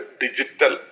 digital